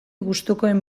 gustukoen